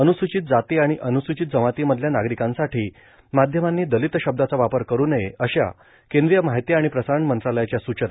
अनुसूचित जाती आणि अनुसूचित जमातीमधल्या नागरिकांसाठी माध्यमांनी दलित शब्दाचा वापर करू नये अशा केंद्रीय माहिती आणि प्रसारण मंत्रालयाच्या सूचना